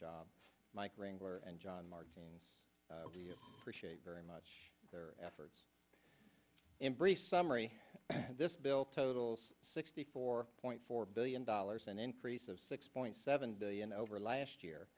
wrangler and john margins very much their efforts in brief summary this bill totals sixty four point four billion dollars an increase of six point seven billion over last year